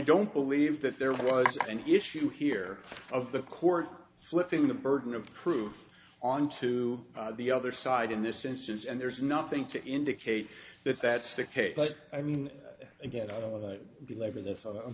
don't believe that there was any issue here of the court flipping the burden of proof onto the other side in this instance and there's nothing to indicate that that's the case but i mean again i don't want to belabor th